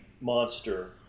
monster